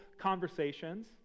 conversations